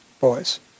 boys